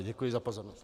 Děkuji za pozornost.